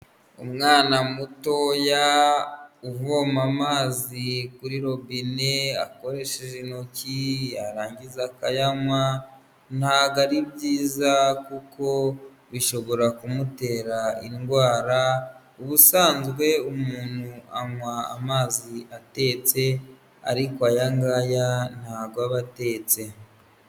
Umwana mutoya uvoma amazi kuri robine akoresheje intoki, yarangiza akayanywa, ntago ari byiza, kuko bishobora kumutera indwara, ubusanzwe umuntu anywa amazi atetse, ariko aya ngaya ntago aba atetse.